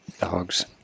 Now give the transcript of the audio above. dogs